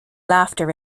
laughter